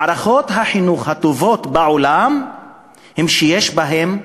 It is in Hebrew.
מערכות החינוך הטובות בעולם הן אלה שיש בהן שוויון.